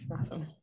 Awesome